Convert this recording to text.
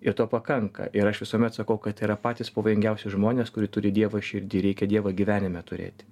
ir to pakanka ir aš visuomet sakau kad tai yra patys pavojingiausi žmonės kurie turi dievą širdy reikia dievą gyvenime turėti